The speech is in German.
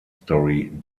story